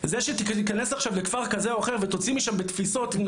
וזה שתיכנס עכשיו לכפר כזה או אחר ותוציא משם בתפיסות מאוד